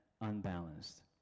unbalanced